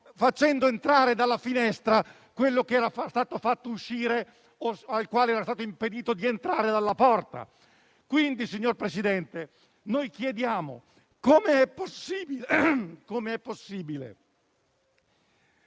facendo entrare dalla finestra quello che è stato fatto uscire o al quale era stato impedito di entrare dalla porta. Signor Presidente, noi ci chiediamo come sia possibile